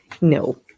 no